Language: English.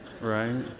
right